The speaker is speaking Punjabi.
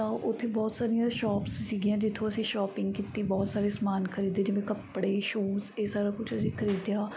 ਤਾਂ ਉੱਥੇ ਬਹੁਤ ਸਾਰੀਆਂ ਸ਼ੋਪਸ ਸੀਗੀਆਂ ਜਿੱਥੋਂ ਅਸੀਂ ਸ਼ੋਪਿੰਗ ਕੀਤੀ ਬਹੁਤ ਸਾਰੇ ਸਮਾਨ ਖਰੀਦੇ ਜਿਵੇਂ ਕੱਪੜੇ ਸ਼ੂਜ ਇਹ ਸਾਰਾ ਕੁਝ ਅਸੀਂ ਖਰੀਦਿਆ